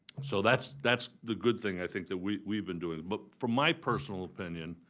so that's that's the good thing i think that we've we've been doing. but from my personal opinion,